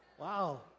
Wow